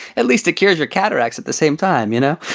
at least it cures your cataracts at the same time, you know.